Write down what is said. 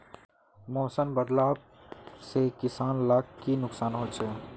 मौसम बदलाव से किसान लाक की नुकसान होचे?